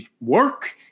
work